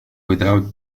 without